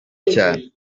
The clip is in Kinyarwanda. cyane